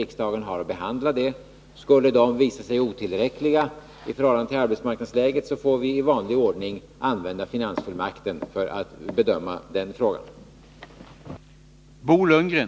Riksdagen har att behandla dem. Skulle de anslagen visa sig otillräckliga i förhållande till arbetsmarknadsläget får vi i vanlig ordning använda finansfullmakten när vi bedömer den frågan.